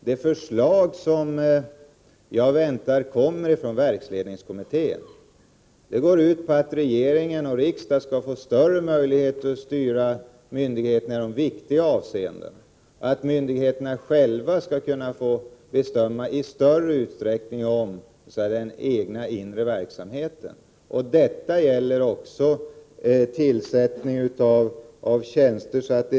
Det förslag som jag väntar skall komma från verksledningskommittén går ut på att regeringen och riksdagen skall få större möjligheter att styra myndigheterna i viktiga avseenden och att myndigheterna själva i större utsträckning skall kunna få bestämma om den egna inre verksamheten. Detta gäller också tillsättning av tjänster.